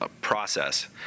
process